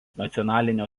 nacionalinio